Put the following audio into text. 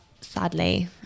sadly